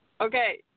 Okay